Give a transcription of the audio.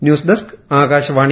news desk Akashvani